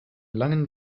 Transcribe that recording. langen